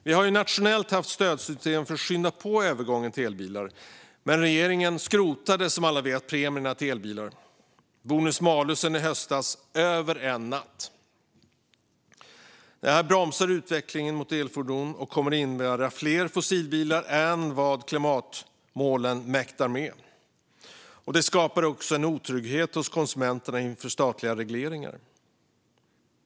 Vi har ju nationellt haft stödsystem för att skynda på övergången till elbilar. Men i höstas skrotade regeringen som alla vet premien till elbilar, bonus malus, över en natt. Detta bromsar utvecklingen mot elfordon och kommer att innebära fler fossilbilar än vad klimatmålen mäktar med. Det skapar också en otrygghet hos konsumenterna inför statliga regleringar.